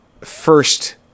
first